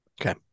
Okay